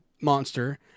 monster